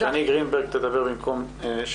שני גרינברג, בבקשה.